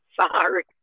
Sorry